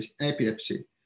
epilepsy